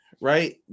Right